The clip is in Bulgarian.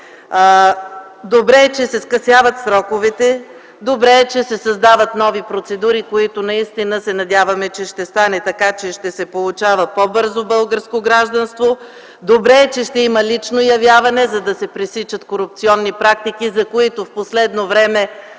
добре е, че се скъсяват сроковете. Добре е, че се създават нови процедури, по които наистина се надяваме, че ще стане така, че ще се получава по-бързо българско гражданство. Добре е, че ще има лично явяване, за да се пресичат корупционни практики, за които в последно време